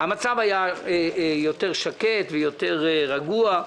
המצב היה יותר שקט, ויותר רגוע.